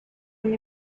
and